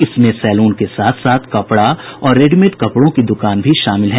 इसमें सैलून के साथ साथ कपड़ा और रेडिमेड कपड़ों की दुकान भी शामिल हैं